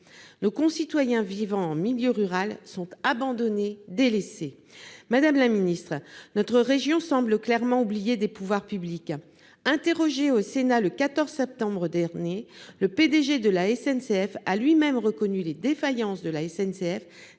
Nos concitoyens vivant en milieu rural sont abandonnés, délaissés. Madame la ministre, notre région semble clairement oubliée des pouvoirs publics. Interrogé au Sénat le 14 septembre dernier, le PDG de la SNCF a lui-même reconnu les défaillances de son